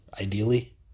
ideally